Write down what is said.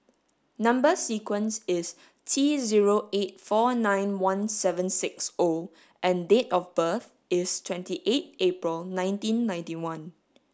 number sequence is T zero eight four nine one seven six O and date of birth is twenty eight April nineteen ninety one